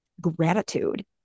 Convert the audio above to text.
gratitude